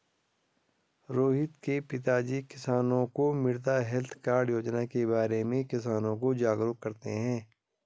रोहित के पिताजी किसानों को मृदा हैल्थ कार्ड योजना के बारे में किसानों को जागरूक करते हैं